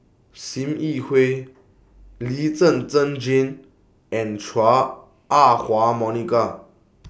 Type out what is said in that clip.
SIM Yi Hui Lee Zhen Zhen Jane and Chua Ah Huwa Monica